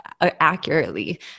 accurately